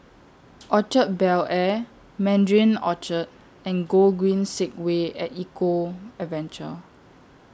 Orchard Bel Air Mandarin Orchard and Gogreen Segway At Eco Adventure